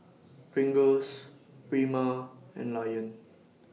Pringles Prima and Lion